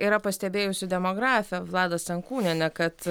yra pastebėjusi demografė vlada stankūnienė kad